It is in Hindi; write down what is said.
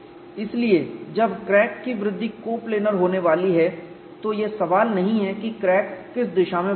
इसलिए जब क्रैक की वृद्धि कोप्लेनर होने वाली है तो यह सवाल नहीं है कि क्रैक किस दिशा में बढ़ेगा